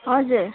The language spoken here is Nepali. हजुर